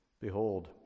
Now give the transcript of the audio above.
behold